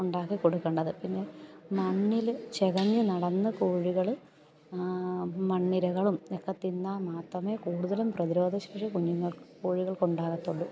ഉണ്ടാക്കി കൊടുക്കേണ്ടത് പിന്നെ മണ്ണിൽ ചെകഞ്ഞ് നടന്ന് കോഴികൾ മണ്ണിരകളും ഒക്കെ തിന്നാൽ മാത്രമേ കൂടുതലും പ്രതിരോധശേഷി കുഞ്ഞുങ്ങൾക്ക് കോഴികൾക്ക് ഉണ്ടാകാത്തുള്ളൂ